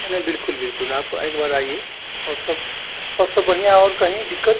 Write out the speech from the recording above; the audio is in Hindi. नहीं नहीं बिल्कुल बिल्कुल आप एक बार आइए और सब और सब बढ़ियाँ और कहीं दिक्कत